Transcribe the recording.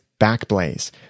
backblaze